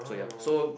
so ya so